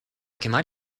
quemar